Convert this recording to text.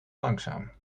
langzaam